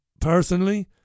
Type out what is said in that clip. personally